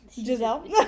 Giselle